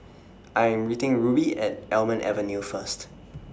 I'm meeting Rubye At Almond Avenue First